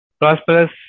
prosperous